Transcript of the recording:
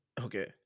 Okay